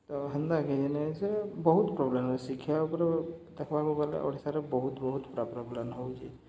ତ ହେନ୍ତା କିଛି ନେଇସେ ବହୁତ୍ ହଉଛେ ପ୍ରୋବ୍ଲେମ୍ ଶିକ୍ଷା ଉପ୍ରେ ଦେଖ୍ବାକୁ ଗଲେ ଓଡ଼ିଶାରେ ବହୁତ୍ ବହୁତ୍ ଗୁଡ଼ା ପ୍ରୋବ୍ଲେମ୍ ହଉଛେ